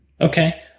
Okay